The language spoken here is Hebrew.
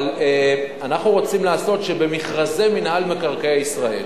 אבל אנחנו רוצים שבמכרזי מינהל מקרקעי ישראל